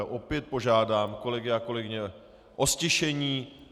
Opět požádám kolegy a kolegyně o ztišení.